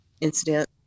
incident